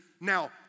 now